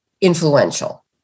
influential